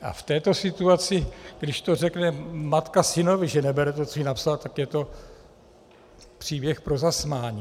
V této situaci, když to řekne matka synovi, že nebere to, co jí napsal, tak je to příběh pro zasmání.